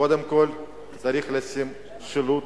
קודם כול צריך לשים שילוט,